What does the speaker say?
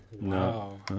No